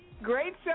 Great